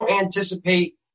anticipate